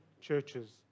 churches